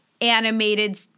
animated